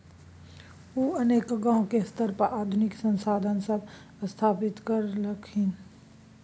उ अनेक गांव के स्तर पर आधुनिक संसाधन सब स्थापित करलखिन